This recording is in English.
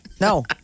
No